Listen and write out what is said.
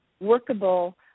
workable